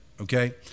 okay